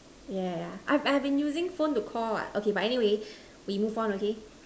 yeah yeah yeah I have I have been using phone to Call what okay but anyway we move on okay